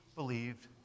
Believed